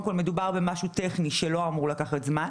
קודם כול, מדובר במשהו טכני שלא אמור לקחת זמן.